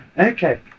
Okay